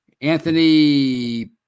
Anthony